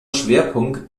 schwerpunkt